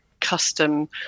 custom